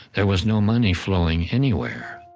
there was no money flowing anywhere.